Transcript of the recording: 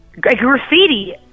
Graffiti